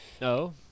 no